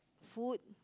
food